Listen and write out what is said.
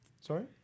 Sorry